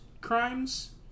crimes